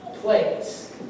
place